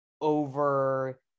over